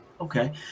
Okay